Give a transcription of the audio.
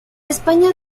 españa